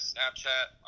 Snapchat